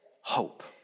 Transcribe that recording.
hope